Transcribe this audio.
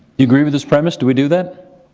you agree with this premise, do we do that?